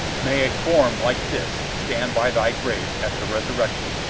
may a form like this stand by thy grave at the resurrection,